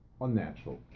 unnatural